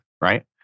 right